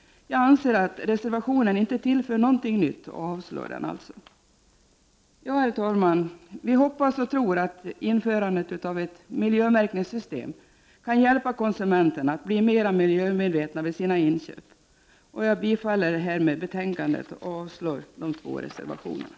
Jag anser att reservationen inte tillför något nytt och yrkar avslag på den. Herr talman! Vi hoppas och tror att införandet av ett miljömärkningssystem kan hjälpa konsumenter att bli mera miljömedvetna vid sina inköp. Jag yrkar bifall till utskottets hemställan och avslag på de två reservationerna.